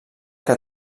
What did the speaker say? que